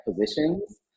positions